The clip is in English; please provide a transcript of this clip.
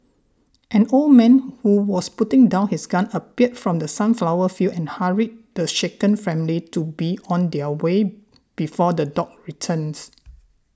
an old man who was putting down his gun appeared from the sunflower fields and hurried the shaken family to be on their way before the dogs returns